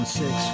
six